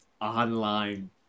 online